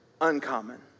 uncommon